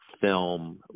film